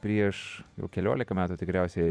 prieš jau keliolika metų tikriausiai